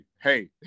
Hey